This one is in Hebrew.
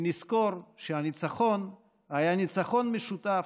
ונזכור שהניצחון היה ניצחון משותף,